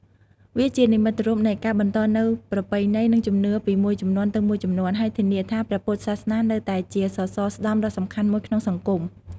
វាជានិមិត្តរូបនៃការបន្តនូវប្រពៃណី និងជំនឿពីមួយជំនាន់ទៅមួយជំនាន់ ហើយធានាថាព្រះពុទ្ធសាសនានៅតែជាសសរស្តម្ភដ៏សំខាន់មួយក្នុងសង្គម។